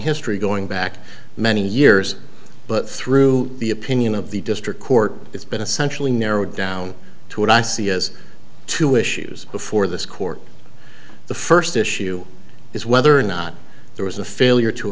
history going back many years but through the opinion of the district court it's been essentially narrowed down to what i see as two issues before this court the first issue is whether or not there was a failure to